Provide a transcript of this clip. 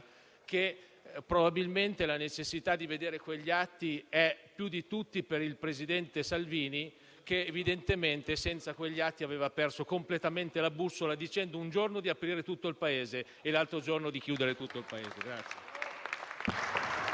che probabilmente la necessità di vedere quegli atti è più di tutti del senatore Salvini, che evidentemente senza quegli atti aveva perso completamente la bussola, dicendo un giorno di aprire tutto il Paese e l'altro giorno di chiuderlo.